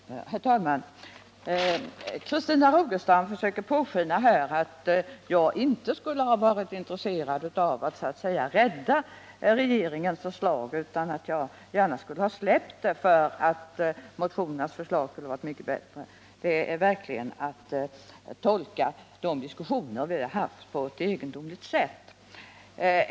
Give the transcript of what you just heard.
Herr talman! Christina Rogestam försöker påskina att jag inte skulle ha varit intresserad av att söka rädda regeringens förslag, utan att jag gärna skulle ha släppt det därför att motionärernas förslag var mycket bättre. Det är verkligen att tolka de diskussioner som vi har fört på ett egendomligt sätt.